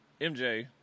MJ